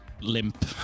limp